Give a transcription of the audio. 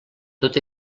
tot